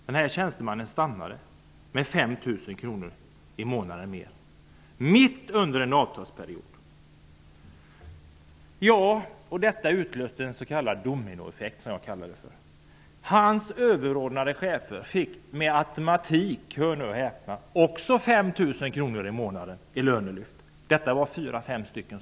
Den här tjänstemannen stannade då kvar på sitt arbete, med 5 000 kr mera i månadslön. Detta skedde mitt under en avtalsperiod. Detta utlöste en, skulle jag vilja säga, dominoeffekt. Tjänstemannens överordnade chefer fick per automatik -- hör och häpna! -- också 5 000 kr i månatligt lönelyft. Det rörde sig om fyra fem chefer.